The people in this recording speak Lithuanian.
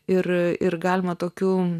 ir ir galima tokių